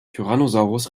tyrannosaurus